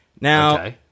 Now